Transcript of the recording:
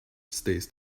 stays